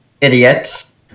idiots